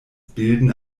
bilden